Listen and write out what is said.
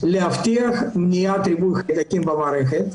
היא להבטיח מניעת ריבוי חיידקים במערכת,